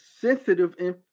sensitive